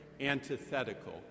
antithetical